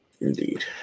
Indeed